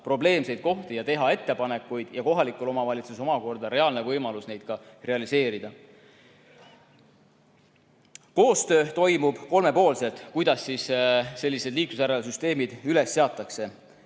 probleeme ja teha ettepanekuid, ning kohalikul omavalitsusel on omakorda reaalne võimalus neid realiseerida. Koostöö toimub kolmepoolselt, kui sellised liiklusjärelevalvesüsteemid üles seatakse.